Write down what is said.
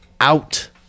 out